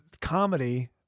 comedy